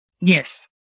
Yes